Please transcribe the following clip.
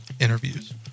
interviews